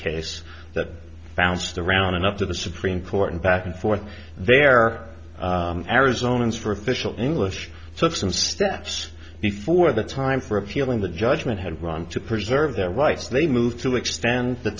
case that bounced around enough to the supreme court and back and forth there arizona's for official english took some steps before the time for a feeling the judgment had run to preserve their rights they moved to extend the